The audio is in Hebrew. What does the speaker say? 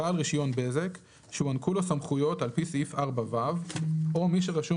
- בעל רישיון בזק שהוענקו לו סמכויות על פי סעיף 4(ו) או מי שרשום